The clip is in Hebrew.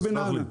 סלח לי.